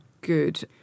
good